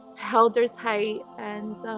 held her tight and